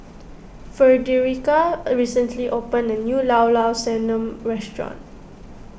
Frederica recently opened a new Llao Llao Sanum restaurant